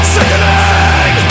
Sickening